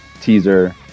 teaser